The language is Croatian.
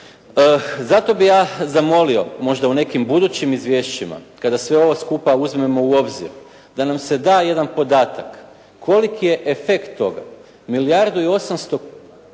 Zato bih ja zamolio, možda u nekim budućim izvješćima, kada sve ovo uzmemo u obzir, da nam se da jedan podatak, koliki je efekt toga. Milijardu i 800, rekao